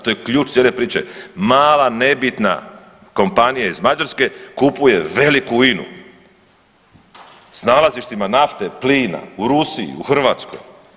To je ključ cijele priče mala nebitna kompanija iz Mađarske kupuje veliku INA-u sa nalazištima nafte, plina u Rusiji, u Hrvatskoj.